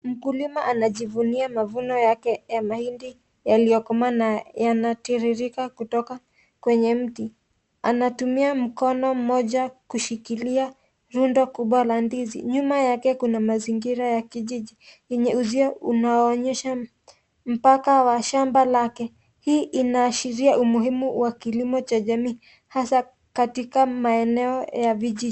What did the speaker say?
Mkulima anajivunia mavuno yake ya mahindi yaliyokomaa na yanatiririka kutoka kwenye mti . Anatumia mkono mmoja kushikilia rundo kubwa la ndizi . Nyuma yake kuna mazingira ya kijiji yenye uzio unaoonyesha mpaka wa shamba lake . Hii inaashiria umuhimu wa kilimo cha jamii hasa katika maenaeo ya vijiji.